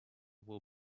will